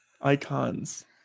icons